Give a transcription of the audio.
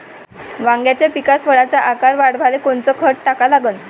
वांग्याच्या पिकात फळाचा आकार वाढवाले कोनचं खत टाका लागन?